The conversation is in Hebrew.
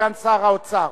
סגן שר האוצר.